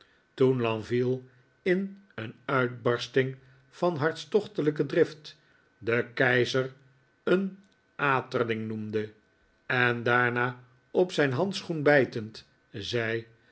toen lenville in een uitbarsting van hartochtelijke drift den keizer een aterling noemde en daarna op zijn handschoen bijtend zei